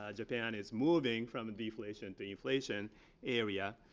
ah japan is moving from deflation to inflation area.